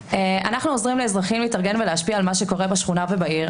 עוזרים לאזרחים להתארגן ולהשפיע על מה שקורה בשכונה ובעיר.